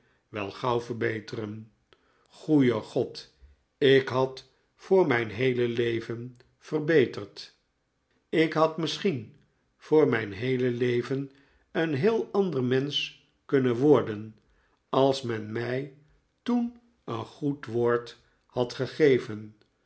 wel gauw verbeteren goede god ik had voor mijn heele leven verbeterd ik had misschien voor mijn heele leven een heel ander mensch kunnen worden als men mij toen een goed woord had gegeven